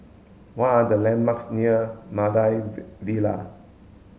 what are the landmarks near Maida Vale